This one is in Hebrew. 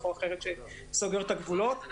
שסוגר את הגבולות.